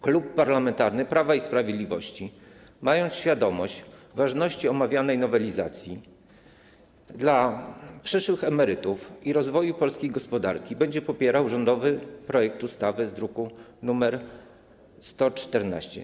Klub Parlamentarny Prawo i Sprawiedliwość, mając świadomość ważności omawianej nowelizacji dla przyszłych emerytów i rozwoju polskiej gospodarki, będzie popierał rządowy projekt ustawy z druku nr 114.